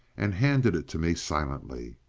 and handed it to me silently.